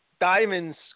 Diamonds